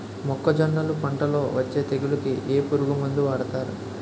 మొక్కజొన్నలు పంట లొ వచ్చే తెగులకి ఏ పురుగు మందు వాడతారు?